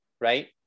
right